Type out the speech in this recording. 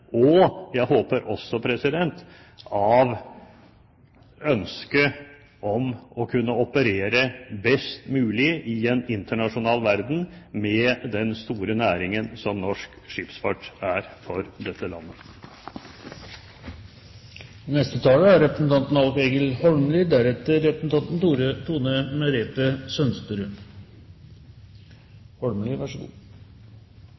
og jeg håper også av ønsket om å kunne operere best mulig i en internasjonal verden med den store næringen som norsk skipsfart er for dette landet. Eg vil takke representanten